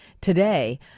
today